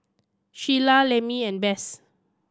Sheila Lemmie and Bess